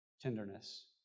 tenderness